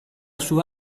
sua